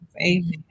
Amen